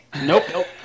Nope